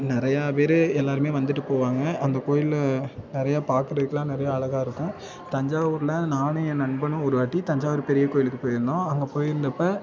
நிறையா பேர் எல்லாேருமே வந்துட்டு போவாங்க அந்த கோயிலில் நிறையா பார்க்கறதுக்கெல்லாம் நிறையா அழகா இருக்கும் தஞ்சாவூரில் நானும் என் நண்பனும் ஒரு வாட்டி தஞ்சாவூர் பெரிய கோயிலுக்கு போயிருந்தோம் அங்கே போயிருந்தப்போ